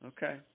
Okay